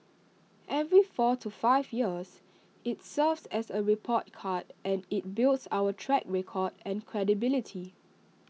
every four to five years IT serves as A report card and IT builds our track record and credibility